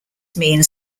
means